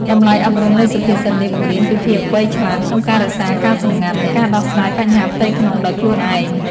តម្លៃអប់រំនៃសុភាសិតនេះបង្រៀនពីភាពវៃឆ្លាតក្នុងការរក្សាការសម្ងាត់ និងការដោះស្រាយបញ្ហាផ្ទៃក្នុងដោយខ្លួនឯង។